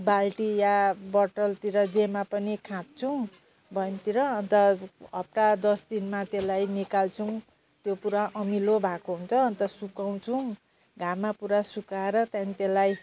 बाल्टी या बोतलतिर जेमा पनि खाद्छौँ बयमतिर अन्त हप्ता दस दिनमा त्यसलाई निकाल्छौँ त्यो पुरा अमिलो भएको हुन्छ अन्त सुकाउँछौँ घममा पुरा सुकाएर त्यहाँदेखि त्यसलाई